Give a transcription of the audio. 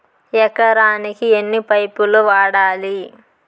ఎకరాకి ఎన్ని పైపులు వాడాలి?